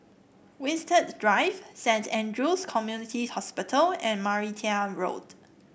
Winstedt Drive Saint Andrew's Community Hospital and Martia Road